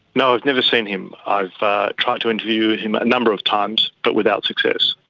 no i've never seen him. i've tried to interview him a number of times, but without success.